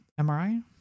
MRI